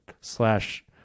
slash